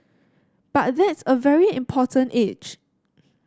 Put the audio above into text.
but that's a very important age